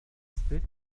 split